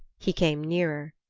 he came nearer.